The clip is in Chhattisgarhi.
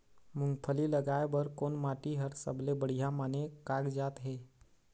मूंगफली लगाय बर कोन माटी हर सबले बढ़िया माने कागजात हे?